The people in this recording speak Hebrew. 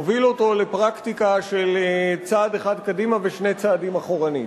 הוביל אותו לפרקטיקה של צעד אחד קדימה ושני צעדים אחורנית.